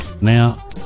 Now